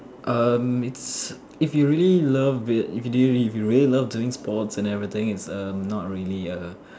um it's if you really love it you can do if you really doing sports and everything it's um not really a